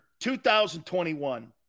2021